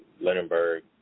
Lindenberg